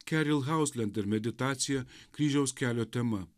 keril houzlent ir meditacija kryžiaus kelio tema